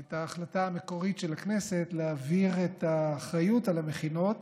את ההחלטה המקורית של הכנסת להעביר את האחריות על המכינות